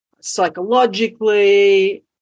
psychologically